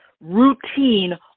routine